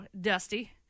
Dusty